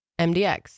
mdx